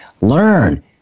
learn